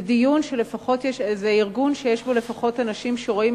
זה ארגון שיש בו לפחות אנשים שרואים